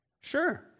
Sure